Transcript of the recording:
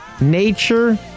nature